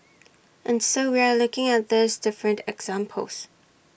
and so we are looking at these different examples